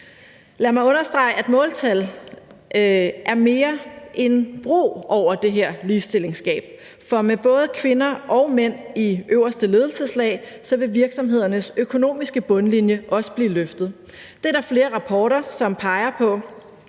Lad mig understrege, at måltal er mere end en bro over det her ligestillingsgab, for med både kvinder og mænd i det øverste ledelseslag, vil virksomhedernes økonomiske bundlinje også blive løftet. Det er der flere rapporter der peger på.